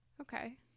okay